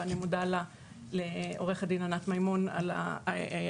ואני מודה לעו"ד ענת מימון על ההכנה,